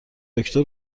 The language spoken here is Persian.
دکتر